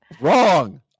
wrong